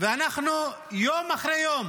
ואנחנו יום אחרי יום